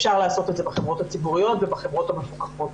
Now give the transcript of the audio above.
אפשר לעשות את זה בחברות הציבוריות ובחברות המפוקחות.